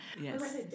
Yes